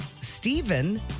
Stephen